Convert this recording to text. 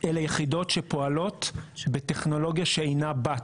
אלו יחידות שפועלות בטכנולוגיה שאינה ---.